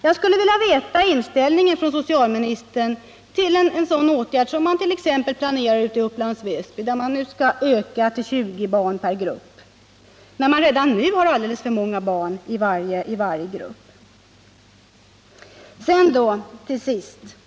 Jag skulle vilja veta socialministerns inställning till en sådan åtgärd som man planerar t.ex. i Upplands Väsby, där man skall öka till 20 barn per grupp, fastän man redan nu har alldeles för många barn i varje grupp.